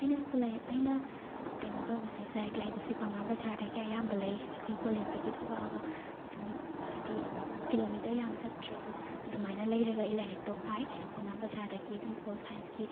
ꯑꯩꯅ ꯁ꯭ꯀꯨꯜ ꯑꯩꯅ ꯀꯩꯅꯣ ꯇꯧꯕꯁꯦ ꯂꯥꯏꯔꯤꯛ ꯂꯩꯕꯁꯦ ꯄꯥꯎꯅꯥ ꯕꯖꯥꯔꯗꯒꯤ ꯑꯌꯥꯝꯕ ꯂꯩ ꯑꯩꯈꯣꯏ ꯀꯣꯂꯦꯖꯇꯒꯤ ꯊꯣꯛꯂꯛꯑꯒ ꯑꯗꯨꯝ ꯍꯥꯏꯗꯤ ꯀꯤꯂꯣꯃꯤꯇꯔ ꯌꯥꯝ ꯆꯠꯇ꯭ꯔꯦ ꯑꯗꯨꯝ ꯑꯗꯨꯃꯥꯏꯅ ꯂꯩꯔꯒ ꯑꯩ ꯂꯥꯏꯔꯤꯛꯇꯣ ꯄꯥꯏ ꯄꯥꯎꯅꯥ ꯕꯖꯥꯔꯗꯒꯤ ꯑꯗꯨꯝ ꯄꯣꯜ ꯁꯥꯏꯟꯁꯀꯤ